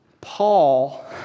Paul